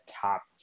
top